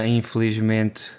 infelizmente